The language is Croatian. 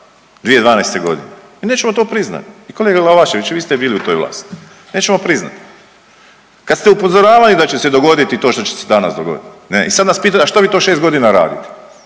2012.g.. Nećemo to priznat i kolega Glavašević vi ste bili u toj vlasti, nećemo priznat, kad ste upozoravali da će se dogoditi to što će se danas dogoditi, ne i sad nas pitate a što vi to 6.g. radite?